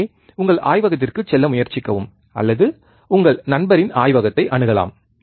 எனவே உங்கள் ஆய்வகத்திற்குச் செல்ல முயற்சிக்கவும் அல்லது உங்கள் நண்பரின் ஆய்வகத்தை அணுகலாம்